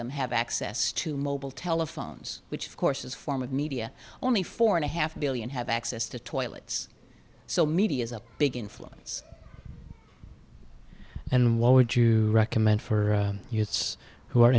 them have access to mobile telephones which of course is form of media only four and a half million have access to toilets so media is a big influence and what would you recommend for youths who are